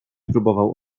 próbował